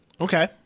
Okay